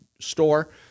store